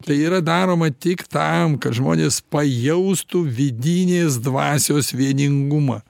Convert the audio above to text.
tai yra daroma tik tam kad žmonės pajaustų vidinės dvasios vieningumą